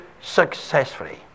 successfully